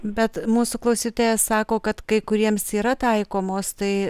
bet mūsų klausytoja sako kad kai kuriems yra taikomos tai